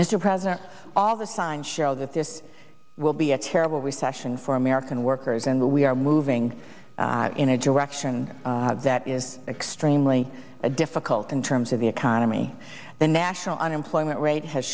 mr president all the signs that this will be a terrible recession for american workers and we are moving in a direction that is extremely difficult in terms of the economy the national unemployment rate has